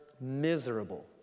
miserable